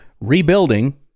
rebuilding